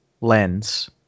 lens